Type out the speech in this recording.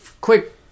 Quick